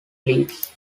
leeds